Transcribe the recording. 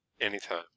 Anytime